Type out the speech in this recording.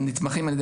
הם נתמכים.